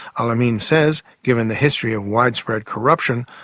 alamin says, given the history of widespread corruption,